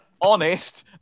honest